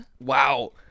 Wow